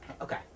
okay